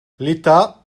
l’état